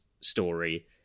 story